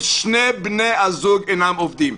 שני בני הזוג אינם עובדים.